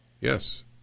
yes